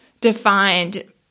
defined